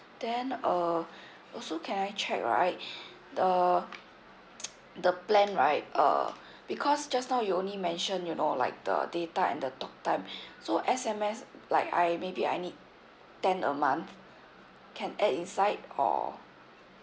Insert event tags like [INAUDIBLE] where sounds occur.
then uh [BREATH] also can I check right [BREATH] uh [NOISE] the plan right uh because just now you only mention you know like the data and the talk time [BREATH] so SMS like I maybe I need ten a month can add inside or